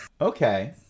Okay